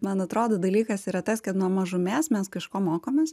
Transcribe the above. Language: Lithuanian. man atrodo dalykas yra tas kad nuo mažumės mes kažko mokomės